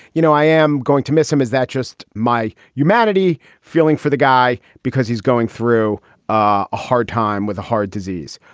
you know, i am going to miss him. is that just my humanity feeling for the guy? because he's going through ah a hard time with a hard disease.